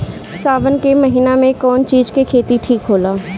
सावन के महिना मे कौन चिज के खेती ठिक होला?